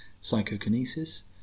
Psychokinesis